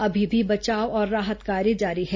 अभी भी बचाव और राहत कार्य जारी है